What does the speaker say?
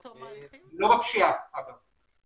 לא בפשיעה, אגב.